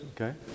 Okay